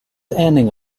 ending